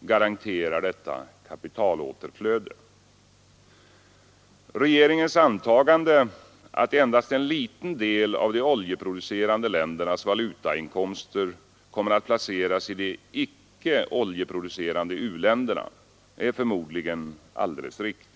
garanterar detta kapitalåterflöde. Regeringens antagande att endast en liten del av de oljeproducerande ländernas valutainkomster kommer att placeras i de icke-oljeproducerande u-länderna är förmodligen riktigt.